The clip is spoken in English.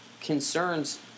concerns